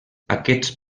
aquests